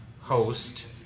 host